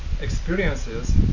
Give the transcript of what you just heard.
experiences